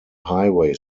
highway